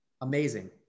Amazing